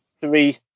three